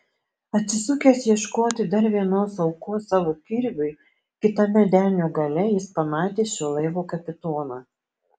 atsisukęs ieškoti dar vienos aukos savo kirviui kitame denio gale jis pamatė šio laivo kapitoną